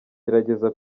gerageza